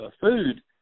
food